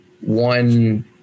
one